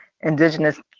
indigenous